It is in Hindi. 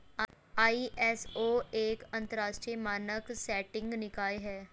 आई.एस.ओ एक अंतरराष्ट्रीय मानक सेटिंग निकाय है